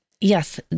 Yes